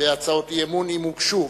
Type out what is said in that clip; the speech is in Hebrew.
בהצעות אי-אמון אם הוגשו.